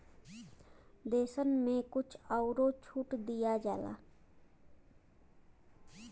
देसन मे कुछ अउरो छूट दिया जाला